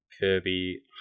Kirby